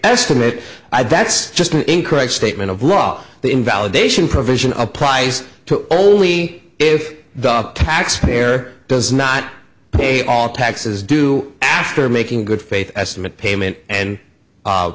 estimate that's just an incorrect statement of law the invalidation provision of price to only if the taxpayer does not pay all taxes due after making good faith estimate payment and